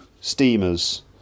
steamers